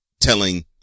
telling